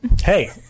Hey